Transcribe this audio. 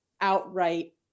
outright